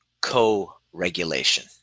co-regulation